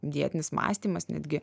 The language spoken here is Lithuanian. dietinis mąstymas netgi